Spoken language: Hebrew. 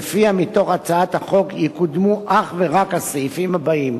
שלפיה מתוך הצעת החוק יקודמו אך ורק הסעיפים האלה: